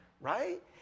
right